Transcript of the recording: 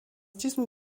diesem